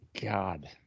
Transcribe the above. God